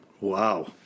Wow